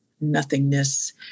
nothingness